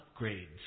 upgrades